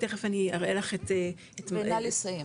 ותיכף אני אראה לך את -- ונא לסיים.